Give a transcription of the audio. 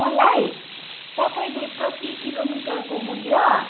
मलाई तपाईँले प्रतिकिलोमिटरको मूल्य